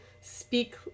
speak